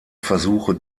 versuche